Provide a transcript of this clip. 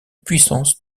puissance